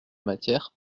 matière